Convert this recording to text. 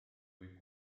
kui